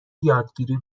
یادگیری